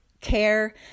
care